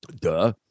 Duh